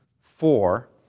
four